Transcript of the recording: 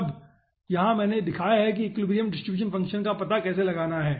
अब यहाँ मैंने दिखाया है कि एक्विलिब्रियम डिस्ट्रीब्यूशन फंक्शन का पता कैसे लगाना है